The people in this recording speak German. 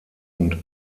und